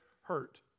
hurt